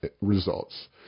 results